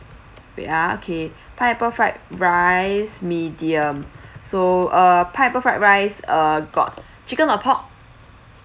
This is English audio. wait ah okay pineapple fried rice medium so uh pineapple fried rice uh got chicken or pork